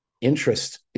interest